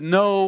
no